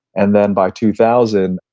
and then by two thousand,